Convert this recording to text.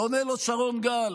ועונה לו שרון גל: